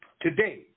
today